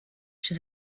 się